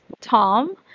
Tom